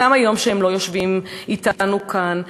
וגם היום כשהם לא יושבים אתנו כאן,